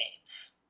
games